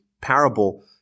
parable